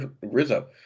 Rizzo